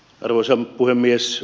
arvoisa puhemies